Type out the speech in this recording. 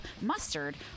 mustard